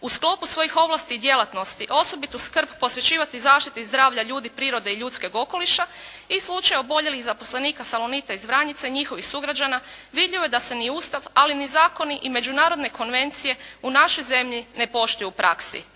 u sklopu svojih ovlasti i djelatnosti osobitu skrb posvećivati zaštiti zdravlja ljudi prirode i ljudskog okoliša i slučaja oboljelih zaposlenika "Salonit" iz Vranjica i njihovih sugrađana vidljivo je da se ni Ustav ali ni zakoni i međunarodne konvencije u našoj zemlji ne poštuju u praksi,